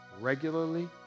regularly